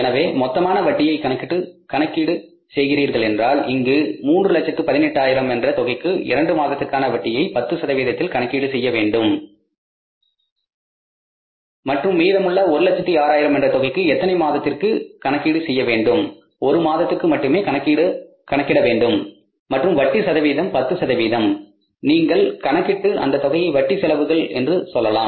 எனவே மொத்தமான வட்டியை கணக்கீடு செய்கின்றீர்கள் என்றால் இங்கு மூன்று லட்சத்து 18 ஆயிரம் என்ற தொகைக்கு இரண்டு மாதத்திற்கான வட்டியை 10 சதவீதத்தில் கணக்கீடு செய்ய வேண்டும் மற்றும் மீதமுள்ள 106000 என்ற தொகைக்கு எத்தனை மாதத்திற்கு கணக்கிட வேண்டும் ஒரு மாதத்திற்கு மட்டுமே கணக்கிட வேண்டும் மற்றும் வட்டி சதவீதம் 10 நீங்கள் கணக்கிட்டு அந்த தொகையை வட்டி செலவுகள் என்று சொல்லலாம்